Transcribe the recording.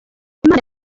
imana